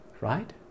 right